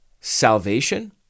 salvation